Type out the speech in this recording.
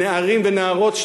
נערים ונערות,